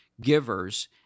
givers